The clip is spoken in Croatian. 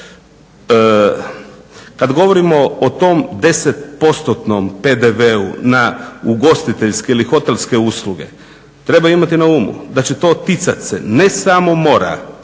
Kad govorimo o tom 10 postotnom PDV-u na ugostiteljske ili hotelske usluge treba imati na umu da će to ticat se ne samo mora,